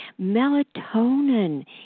Melatonin